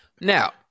Now